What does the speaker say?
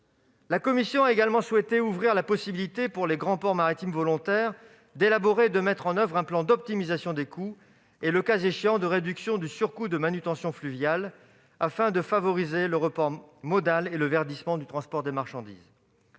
La commission a également souhaité ouvrir la possibilité pour les grands ports maritimes volontaires d'élaborer et de mettre en oeuvre un plan d'optimisation des coûts et, le cas échéant, de réduction du surcoût de manutention fluviale, afin de favoriser le report modal et le verdissement du transport de marchandises.